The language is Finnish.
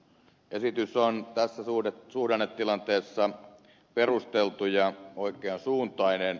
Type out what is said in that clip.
esitys on tässä suhdannetilanteessa perusteltu ja oikean suuntainen